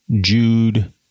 Jude